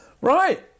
Right